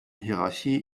hierarchie